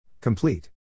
Complete